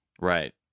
Right